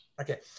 okay